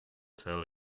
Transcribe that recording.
tell